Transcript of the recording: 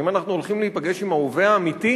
האם אנחנו הולכים להיפגש עם ההווה האמיתי,